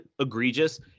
egregious